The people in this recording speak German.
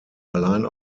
allein